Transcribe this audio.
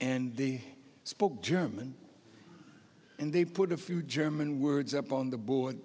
and they spoke german and they put a few german words up on the board